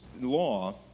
law